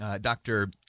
Dr